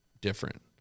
different